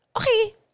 Okay